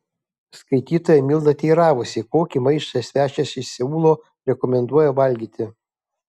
skaitytoja milda teiravosi kokį maistą svečias iš seulo rekomenduoja valgyti